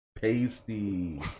Pasty